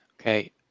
Okay